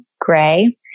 gray